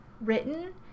written